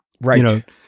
Right